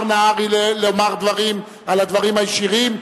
נהרי לומר דברים על הדברים הישירים,